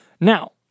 Now